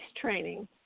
training